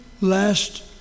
last